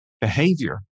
behavior